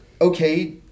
Okay